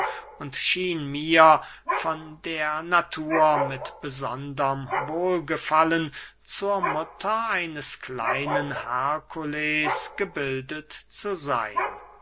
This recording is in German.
und schien mir von der natur mit besonderm wohlgefallen zur mutter eines kleinen herkules gebildet zu seyn